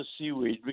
seaweed